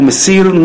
מסיר.